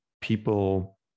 People